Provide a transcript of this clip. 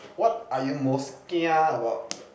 what are you most kia about